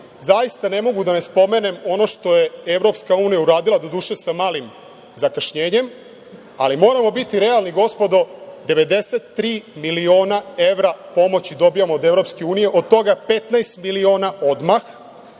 zaista ne mogu da ne spomenem ono što je EU uradila, doduše sa malim zakašnjenjem, ali moramo biti realni, gospodo, 93 miliona evra pomoći dobijamo od EU, od toga 15 miliona odmah,